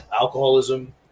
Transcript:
alcoholism